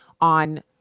on